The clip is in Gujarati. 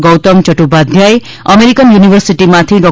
ગૌતમ યદ્દોપાધ્યાય અમેરીકન યુનિવર્સિટીમાંથી ડો